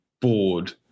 bored